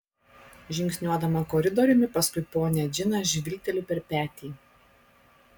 žingsniuodama koridoriumi paskui ponią džiną žvilgteliu per petį